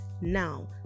Now